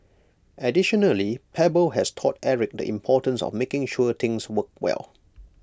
additionally Pebble has taught Eric the importance of making sure things worked well